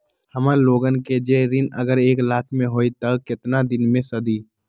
हमन लोगन के जे ऋन अगर एक लाख के होई त केतना दिन मे सधी?